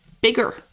bigger